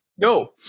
No